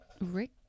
Rick